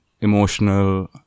emotional